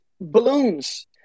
balloons